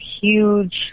huge